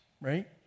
right